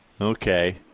Okay